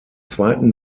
zweiten